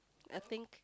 I think